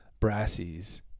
brassies